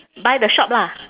buy the shop lah